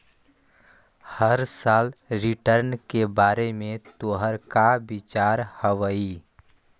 हर साल रिटर्न के बारे में तोहर का विचार हवऽ?